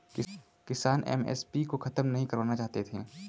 किसान एम.एस.पी को खत्म नहीं करवाना चाहते थे